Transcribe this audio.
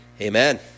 Amen